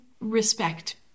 respect